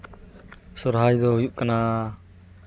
ᱥᱚᱨᱦᱟᱭ ᱫᱚ ᱦᱩᱭᱩᱜ ᱠᱟᱱᱟ